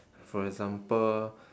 for example